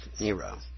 Nero